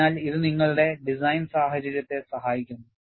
അതിനാൽ ഇത് നിങ്ങളുടെ ഡിസൈൻ സാഹചര്യത്തെ സഹായിക്കുന്നു